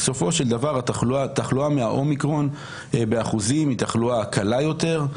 בסופו של דבר התחלואה מהאומיקרון באחוזים היא תחלואה קלה יותר,